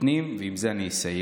נותנים, ועם זה אני אסיים.